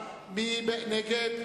מי נגד?